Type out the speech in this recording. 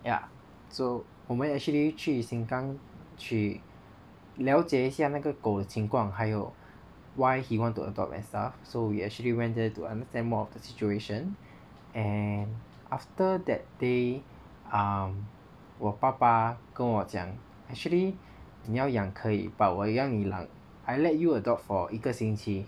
ya so 我们 actually 去 Sengkang 去了解一下那个狗的情况还有 why he want to adopt as ah so we actually went there to understand more of the situation and after that day um 我爸爸跟我讲 actually 你要养可以 but 我让你养 I let you adopt for 一个星期